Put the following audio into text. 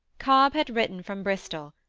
cobb had written from bristol,